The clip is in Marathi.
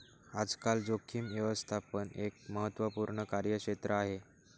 आजकाल जोखीम व्यवस्थापन एक महत्त्वपूर्ण कार्यक्षेत्र आहे